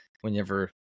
whenever